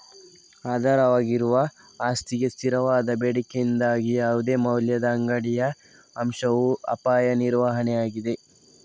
ಆಧಾರವಾಗಿರುವ ಆಸ್ತಿಗೆ ಸ್ಥಿರವಾದ ಬೇಡಿಕೆಯಿಂದಾಗಿ ಯಾವುದೇ ಮೌಲ್ಯದ ಅಂಗಡಿಯ ಅಂಶವು ಅಪಾಯ ನಿರ್ವಹಣೆಯಾಗಿದೆ